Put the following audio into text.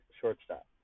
shortstop